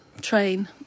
train